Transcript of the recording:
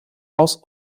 aus